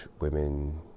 women